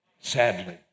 Sadly